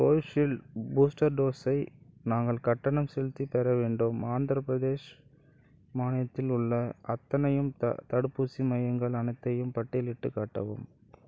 Covishield booster டோஸை நாங்கள் கட்டணம் செலுத்திப் பெற வேண்டும் ஆந்திரப்பிரதேஷ் மாநிலத்தில் உள்ள அத்தனையும் தடுப்பூசி மையங்கள் அனைத்தையும் பட்டியலிட்டு காட்டவும்